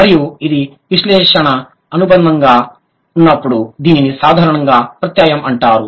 మరియు ఇది విక్షేపణ అనుబంధంగా ఉన్నప్పుడు దీనిని సాధారణంగా ప్రత్యయం అంటారు